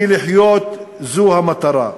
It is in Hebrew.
כי לחיות זו המטרה.